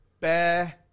Bear